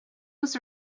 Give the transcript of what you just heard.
was